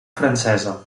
francesa